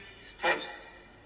steps